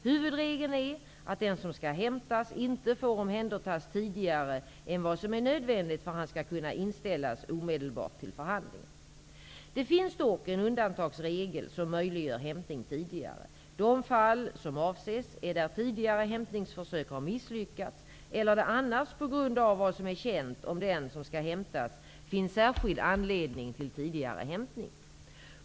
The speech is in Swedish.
Huvudregeln är att den som skall hämtas inte får omhändertas tidigare än vad som är nödvändigt för att han skall kunna inställas omedelbart till förhandlingen. Det finns dock en undantagsregel som möjliggör hämtning tidigare. De fall som avses är där tidigare hämtningsförsök har misslyckats eller där det annars på grund av vad som är känt om den som skall hämtas finns särskild anledning till tidigare hämtning.